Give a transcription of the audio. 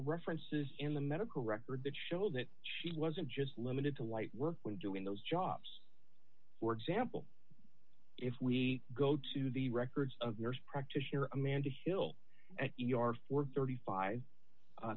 references in the medical records that show that she wasn't just limited to light work when doing those jobs for example if we go to the records of nurse practitioner amanda hill and e r for thirty five